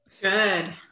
Good